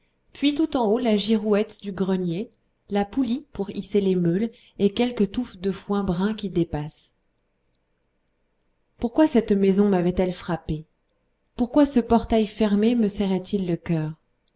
puis tout en haut la girouette du grenier la poulie pour hisser les meules et quelques touffes de foin brun qui dépassent pourquoi cette maison mavait elle frappé pourquoi ce portail fermé me serrait il le cœur